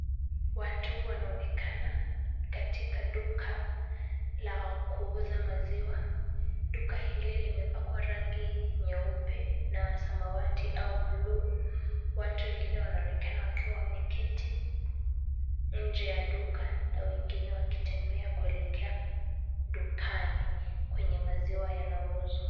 Watu wanaonekana katika duka la kuuza maziwa. Duka hili limepakwa rangi nyeupe na samawati au buluu. Watu wengine wanaonekana wakiwa wameketi nje ya duka na wengine wakitembea kuelekea dukani kwenye maziwa yanauzwa.